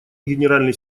генеральный